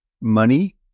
money